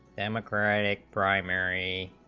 democratic primary